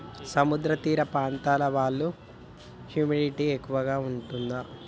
సముద్ర తీర ప్రాంతాల వాళ్లకు హ్యూమిడిటీ ఎక్కువ ఉంటది